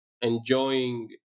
enjoying